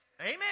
Amen